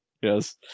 Yes